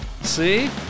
see